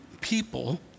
people